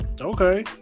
Okay